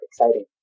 exciting